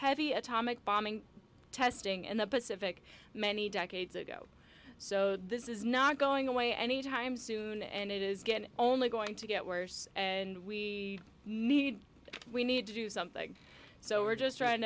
heavy atomic bombing testing in the pacific many decades ago so this is not going away any time soon and it is again only going to get worse and we need we need to do something so we're just trying